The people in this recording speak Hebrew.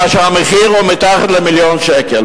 כאשר המחיר הוא מתחת למיליון שקל.